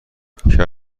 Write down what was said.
کپسول